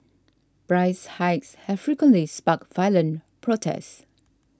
price hikes have frequently sparked violent protests